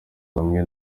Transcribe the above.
hamwe